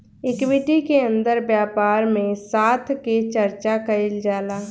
equity के अंदर व्यापार में साथ के चर्चा कईल जाला